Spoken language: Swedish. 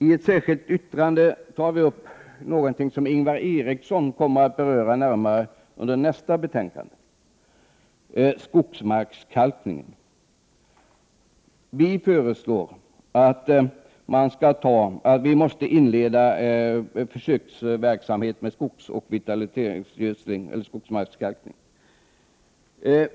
I ett särskilt yttrande tar vi upp någonting som Ingvar Eriksson kommer att beröra i debatten om nästa betänkande, nämligen skogsmarkskalkning. Vi föreslår att försöksverksamhet måste inledas med vitalisering, med skogsmarkskalkning.